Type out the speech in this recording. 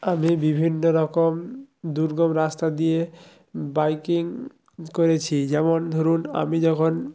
আমি বিভিন্ন রকম দুর্গম রাস্তা দিয়ে বাইকিং করেছি যেমন ধরুন আমি যখন